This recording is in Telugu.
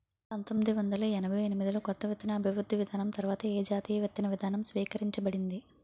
పంతోమ్మిది వందల ఎనభై ఎనిమిది లో కొత్త విత్తన అభివృద్ధి విధానం తర్వాత ఏ జాతీయ విత్తన విధానం స్వీకరించబడింది?